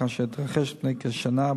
כאשר התרחש לפני כשנה,